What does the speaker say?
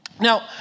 Now